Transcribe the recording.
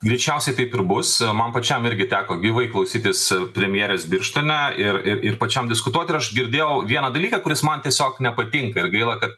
greičiausiai taip ir bus man pačiam irgi teko gyvai klausytis premjerės birštone ir ir pačiam diskutuoti ir aš girdėjau vieną dalyką kuris man tiesiog nepatinka ir gaila kad